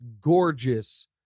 gorgeous